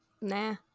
Nah